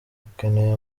dukeneye